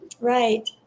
Right